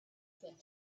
that